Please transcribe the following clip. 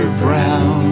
brown